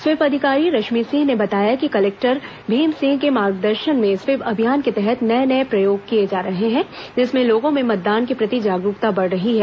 SVEEP अधिकारी रश्मि सिंह ने बताया कि कलेक्टर भीम सिंह के मार्गदर्शन में स्वीप अभियान के तहत नए नए प्रयोग किए जा रहे हैं जिससे लोगों में मतदान के प्रति जागरूकता बढ़ रही है